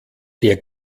der